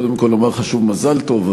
קודם כול לומר לך שוב מזל טוב,